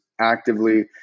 actively